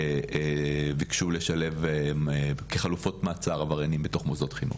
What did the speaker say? שביקשו לשלב כחלופות מעצר עבריינים במוסדות החינוך.